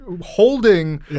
holding